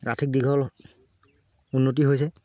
আৰ্থিক দিশত উন্নতি হৈছে